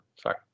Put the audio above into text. sorry